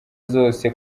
zose